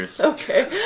Okay